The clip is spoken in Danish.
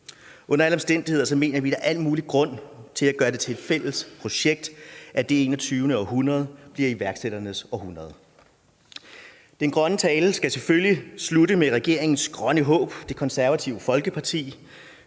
Under alle omstændigheder mener vi, at der er al mulig grund til at gøre det til et fælles projekt, at det 21. århundrede bliver iværksætternes århundrede. Den grønne tale skal selvfølgelig slutte med regeringens grønne håb, Det Konservative Folkeparti,